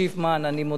אני מודה לכולם.